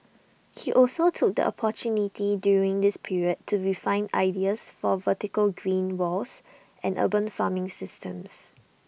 he also took the opportunity during this period to refine ideas for vertical green walls and urban farming systems